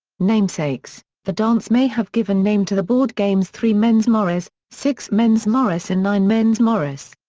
namesakes the dance may have given name to the board games three men's morris, six men's morris and nine men's morris.